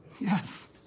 Yes